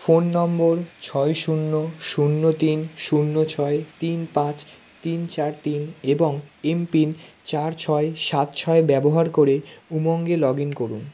phone নম্বর ছয় শূন্য শূন্য তিন শূন্য ছয় তিন পাঁচ তিন চার তিন এবং এমপিন চার ছয় সাত ছয় ব্যবহার করে উমঙে লগ ইন করুন